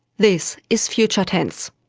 this is future tense.